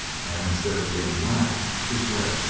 and instead of being black is red.